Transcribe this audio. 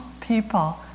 people